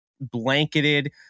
blanketed